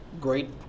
great